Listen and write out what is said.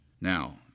Now